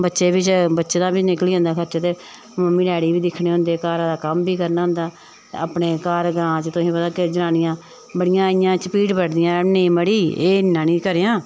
बच्चें बी बच्चें दा बी निकली जंदा खर्चा ते मम्मी डैडी बी दिक्खने होंदे घरा दा कम्म बी करना होंदा अपने घर ग्रां च तुसें पता जनानियां बड़ियां इटयां चपीट बट्टदियां नेईं मड़ी एह् इन्ना निं करेआं